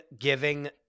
giving